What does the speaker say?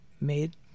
made